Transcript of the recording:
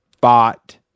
Bought